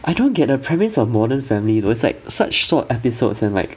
I don't get the premise of modern family they always like such sort episodes and like